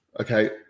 okay